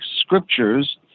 scriptures